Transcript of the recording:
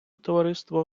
товариство